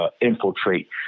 infiltrate